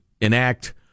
enact